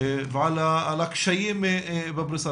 ועל הקשיים בפריסה.